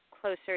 closer